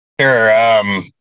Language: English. Sure